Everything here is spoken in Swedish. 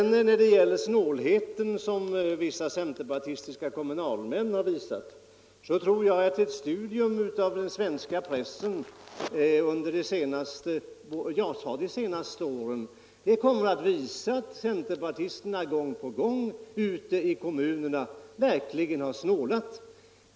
När det gäller den snålhet som vissa centerpartistiska kommunalmän har visat, så tror jag ett studium av den svenska pressen under de senaste åren kommer att visa att centerpartisterna gång på gång ute i kommunerna verkligen har snålat.